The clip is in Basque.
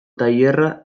tailerra